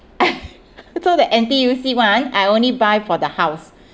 so the N_T_U_C one I only buy for the house